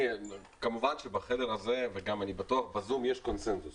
כמובן שבחדר הזה וגם אני בטוח שבזום יש קונצנזוס.